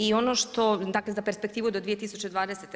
I ono što, dakle za perspektivu do 2020.